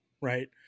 right